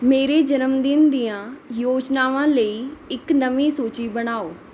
ਮੇਰੇ ਜਨਮਦਿਨ ਦੀਆਂ ਯੋਜਨਾਵਾਂ ਲਈ ਇੱਕ ਨਵੀਂ ਸੂਚੀ ਬਣਾਓ